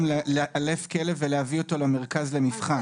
לאלף כלב ולהביא אותו למרכז למבחן.